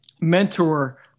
mentor